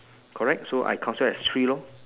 correct so I consider as three lor